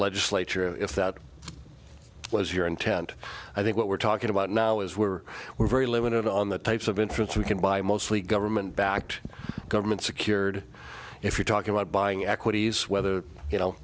legislature if that was your intent i think what we're talking about now is were were very limited on the types of inference we can buy mostly government backed government secured if you're talking about buying equities whether you know